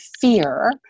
fear